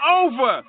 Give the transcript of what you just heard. over